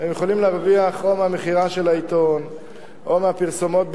הם יכולים להרוויח או מהמכירה של העיתון או מהפרסומות בעיתון,